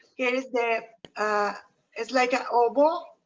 here's the ah it's like an oval,